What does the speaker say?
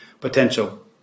potential